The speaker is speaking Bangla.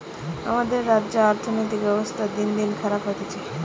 আমাদের রাজ্যের অর্থনীতির ব্যবস্থা দিনদিন খারাপ হতিছে